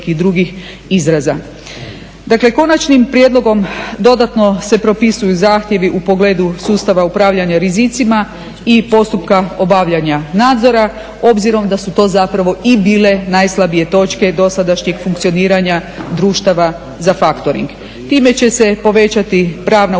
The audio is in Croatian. Dakle konačnim prijedlogom dodatno se propisuju zahtjevi u pogledu sustava upravljanja rizicima i postupka obavljanja nadzora, obzirom da su to zapravo i bile najslabije točke dosadašnjeg funkcioniranja društava za faktoring. Time će se povećati pravna učinkovitost